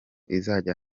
izajya